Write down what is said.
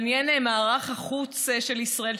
מעניין מערך החוץ של ישראל,